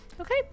Okay